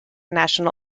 national